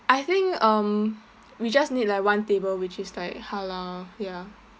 I think um we just need like one table which is like halal ya